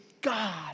God